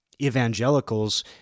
evangelicals